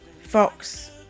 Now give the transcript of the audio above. Fox